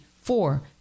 four